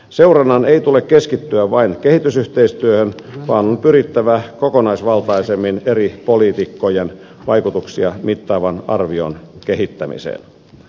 seurannan ei tule keskittyä vain kehitysyhteistyöhön vaan on pyrittävä kokonaisvaltaisemmin eri politiikkojen vaikutuksia mittaavan arvion kehittämiseen